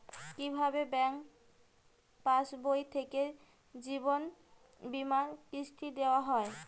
কি ভাবে ব্যাঙ্ক পাশবই থেকে জীবনবীমার কিস্তি দেওয়া হয়?